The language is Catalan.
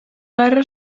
guerra